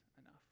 enough